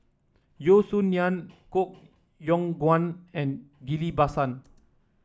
Yeo Song Nian Koh Yong Guan and Ghillie Basan